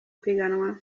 piganwa